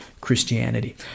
Christianity